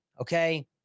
Okay